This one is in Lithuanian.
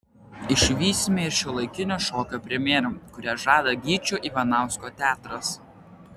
išvysime ir šiuolaikinio šokio premjerą kurią žada gyčio ivanausko teatras